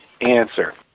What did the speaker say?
answer